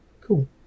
Cool